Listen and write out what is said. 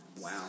wow